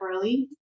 early